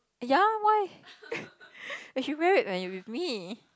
ya why you should wear it when you're with me